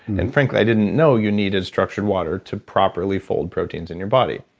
and frankly i didn't know you needed structured water to properly fold proteins in your body.